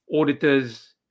auditors